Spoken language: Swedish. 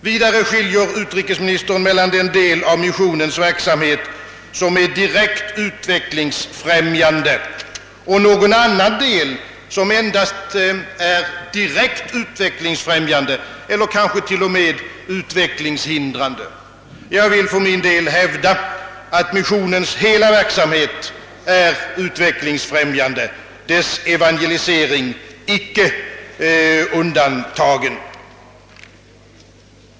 Vidare skiljer utrikesministern mellan den del av missionens verksamhet som är direkt utvecklingsfrämjande och någon annan del som endast är indirekt utvecklingsfrämjande >+eller - kanske t.o.m. utvecklingshindrande. Jag vill för min del hävda, att missionens hela verksamhet är 'utvecklingsfrämjande; dess evangelisatoriska insats icke tndantagen.